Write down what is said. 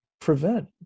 prevent